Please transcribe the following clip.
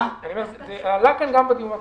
זה עלה כאן גם בדיון הקודם.